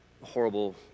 horrible